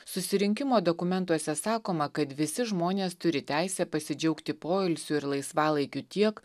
susirinkimo dokumentuose sakoma kad visi žmonės turi teisę pasidžiaugti poilsiu ir laisvalaikiu tiek